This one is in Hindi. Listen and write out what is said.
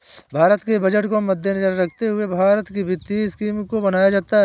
भारत के बजट को मद्देनजर रखते हुए भारत की वित्तीय स्कीम को बनाया जाता है